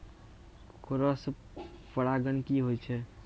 Cross परागण की होय छै?